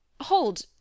hold